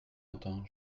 entends